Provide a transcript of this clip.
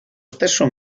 stesso